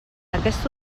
aquest